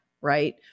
right